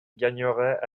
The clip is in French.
gagnerait